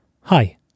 Hi